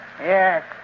Yes